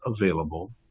available